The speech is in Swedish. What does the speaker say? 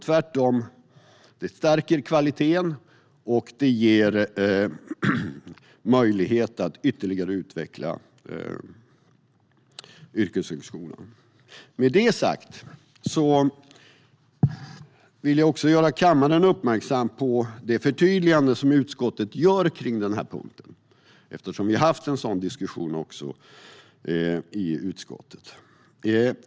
Tvärtom stärker den kvaliteten och ger möjlighet att ytterligare utveckla yrkeshögskolan. Med detta sagt vill jag också göra kammaren uppmärksam på det förtydligande som utskottet gör på denna punkt, eftersom vi har haft en diskussion om detta i utskottet.